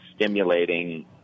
stimulating